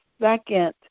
second